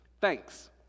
thanks